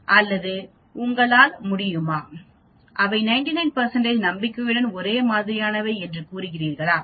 அல்லது உங்களால் முடியுமா அவை 99 நம்பிக்கையுடன் ஒரே மாதிரியானவை என்று கூறுகிறீர்களா